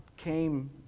came